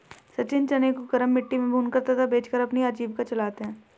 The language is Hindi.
सचिन चने को गरम मिट्टी में भूनकर तथा बेचकर अपनी आजीविका चलाते हैं